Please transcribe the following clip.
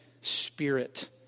spirit